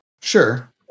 Sure